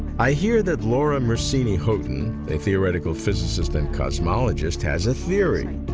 i hear that laura mersini-houghton, a theoretical physicist and cosmologist, has a theory.